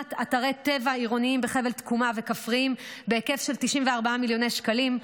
בהקמת אתרי טבע עירוניים וכפריים בחבל תקומה בהיקף של 94 מיליוני שקלים,